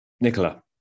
Nicola